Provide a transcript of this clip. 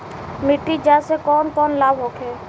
मिट्टी जाँच से कौन कौनलाभ होखे?